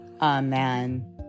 Amen